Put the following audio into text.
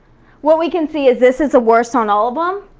what we can see is this is a worst on all of um